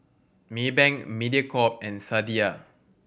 Maybank Mediacorp and Sadia